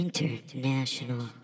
International